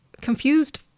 confused